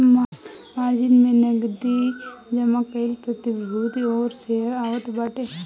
margin में नगदी जमा कईल प्रतिभूति और शेयर आवत बाटे